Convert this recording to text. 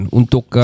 untuk